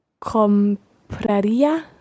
Compraría